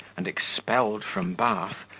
and expelled from bath,